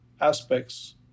aspects